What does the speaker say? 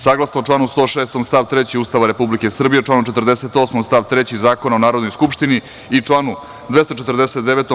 Saglasno članu 106. stav 3. Ustava Republike Srbije, članom 48. stav 3. Zakona o Narodnoj skupštini i članu 249.